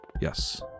Yes